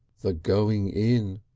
the going in!